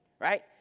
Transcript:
right